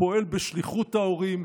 פועל בשליחות ההורים,